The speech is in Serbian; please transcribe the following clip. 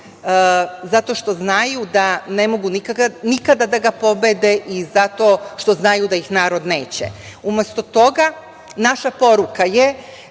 zato što znaju da ne mogu nikada da ga pobede i zato što znaju da ih narod neće. Umesto toga naša poruka je